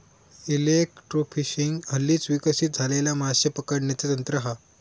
electrofishing हल्लीच विकसित झालेला माशे पकडण्याचा तंत्र हा